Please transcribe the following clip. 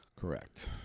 Correct